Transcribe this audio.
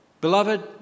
Beloved